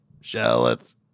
shallots